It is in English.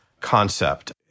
concept